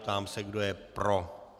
Ptám se, kdo je pro.